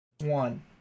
one